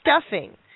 stuffing